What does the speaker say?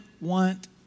want